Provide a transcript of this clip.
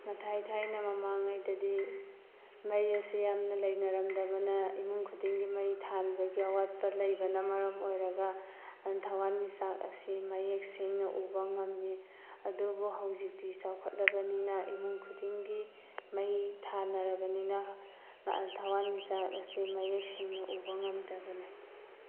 ꯃꯊꯥꯏ ꯊꯥꯏꯅ ꯃꯃꯥꯡꯉꯩꯗꯗꯤ ꯃꯩ ꯑꯁꯤ ꯌꯥꯝꯅ ꯂꯩꯅꯔꯝꯗꯕꯅ ꯏꯃꯨꯡ ꯈꯨꯗꯤꯡꯒꯤ ꯃꯩ ꯊꯥꯟꯕꯒꯤ ꯑꯋꯥꯠꯄ ꯂꯩꯕꯅ ꯃꯔꯝ ꯑꯣꯏꯔꯒ ꯊꯋꯥꯟꯃꯤꯆꯥꯛ ꯑꯁꯤ ꯃꯌꯦꯛ ꯁꯦꯡꯅ ꯎꯕ ꯉꯝꯃꯤ ꯑꯗꯨꯕꯨ ꯍꯧꯖꯤꯛꯇꯤ ꯆꯥꯎꯈꯠꯂꯕꯅꯤꯅ ꯏꯃꯨꯡ ꯈꯨꯗꯤꯡꯒꯤ ꯃꯩ ꯊꯥꯟꯅꯔꯕꯅꯤꯅ ꯊꯋꯥꯟꯃꯤꯆꯥꯛ ꯑꯁꯤ ꯃꯌꯦꯛ ꯁꯦꯡꯅ ꯎꯕ ꯉꯝꯗꯕꯅꯦ